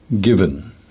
Given